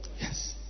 yes